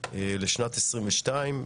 לשנת 2022,